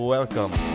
Welcome